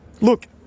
look